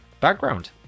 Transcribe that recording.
background